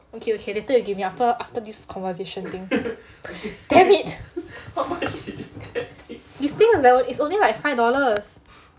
okay okay later you give me after after this conversation thing damn it this thing is only like five dollars